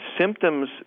symptoms